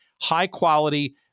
high-quality